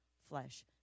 flesh